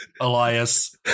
elias